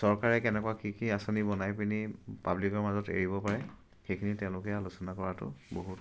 চৰকাৰে কেনেকুৱা কি কি আঁচনি বনাই পিনি পাব্লিকৰ মাজত এৰিব পাৰে সেইখিনি তেওঁলোকে আলোচনা কৰাটো বহুত